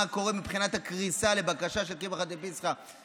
מה קורה מבחינת הקריסה לבקשה של קמחא דפסחא.